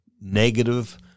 negative